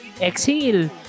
Exhale